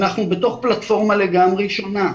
אנחנו בתוך פלטפורמה לגמרי שונה.